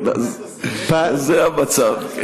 זה המצב.